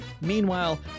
Meanwhile